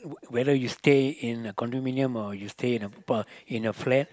whether you stay in a condominium or you stay in a uh in a flat